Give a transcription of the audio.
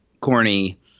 Corny